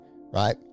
right